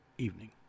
Evening